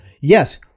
yes